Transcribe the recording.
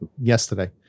yesterday